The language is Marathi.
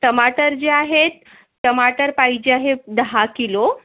टमाटर जे आहेत टमाटर पाहिजे आहे दहा किलो